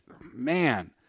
man